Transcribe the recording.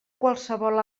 qualsevol